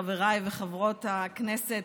חבריי וחברות הכנסת,